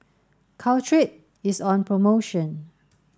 caltrate is on promotion